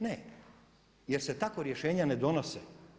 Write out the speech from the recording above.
Ne, jer se tako rješenja ne donose.